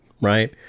right